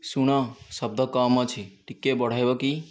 ଶୁଣ ଶବ୍ଦ କମ୍ ଅଛି ଟିକିଏ ବଢ଼ାଇବ କି